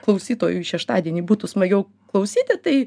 klausytojui šeštadienį būtų smagiau klausyti tai